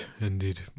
indeed